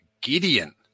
Gideon